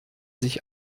sich